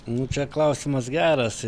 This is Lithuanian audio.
nu čia klausimas geras